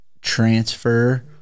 transfer